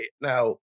Now